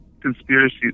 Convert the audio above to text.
conspiracy